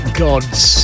gods